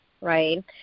right